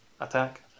attack